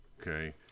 Okay